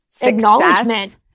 acknowledgement